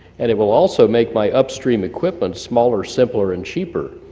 and it will also make my upstream equipment smaller, simpler and cheaper,